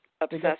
obsessed